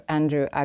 Andrew